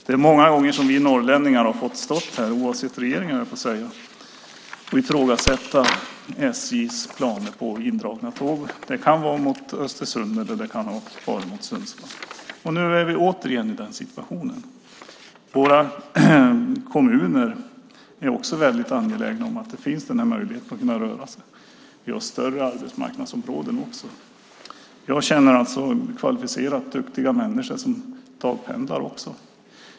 Det är många gånger som vi norrlänningar har fått stå här, oavsett regering, höll jag på att säga, och ifrågasätta SJ:s planer på att dra in tåg. Det kan vara tåg mot Östersund, eller det kan vara tåg mot Sundsvall. Nu är vi återigen i den situationen. Våra kommuner är också väldigt angelägna om att den här möjligheten att röra sig finns. Vi har också större arbetsmarknadsområden. Jag känner kvalificerade duktiga människor som dagpendlar.